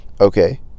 Okay